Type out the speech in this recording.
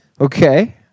Okay